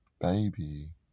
baby